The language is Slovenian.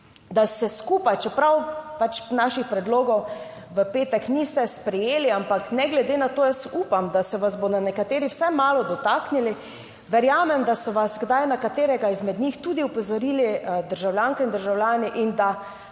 da se skupaj, čeprav pač naših predlogov v petek niste sprejeli, ampak ne glede na to jaz upam, da se vas bodo nekateri vsaj malo dotaknili, verjamem, da so vas kdaj na katerega izmed njih tudi opozorili državljanke in državljani in da